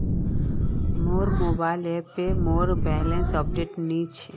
मोर मोबाइल ऐपोत मोर बैलेंस अपडेट नि छे